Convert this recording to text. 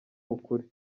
ukuri